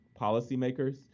policymakers